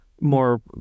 more